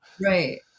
Right